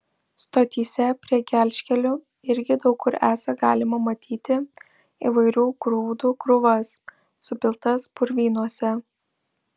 stotyse prie gelžkelių irgi daug kur esą galima matyti įvairių grūdų krūvas supiltas purvynuose